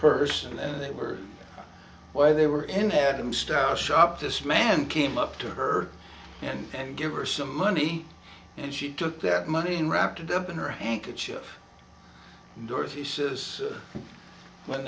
person and they were or why they were in haddam style shop this man came up to her and give her some money and she took that money and wrapped it up in her handkerchief dorothy says when